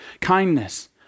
kindness